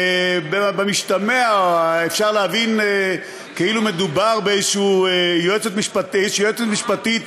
במשתמע אפשר להבין כאילו מדובר באיזושהי יועצת משפטית